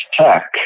tech